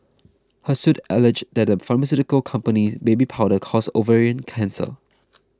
her suit alleges that the pharmaceutical company's baby powder causes ovarian cancer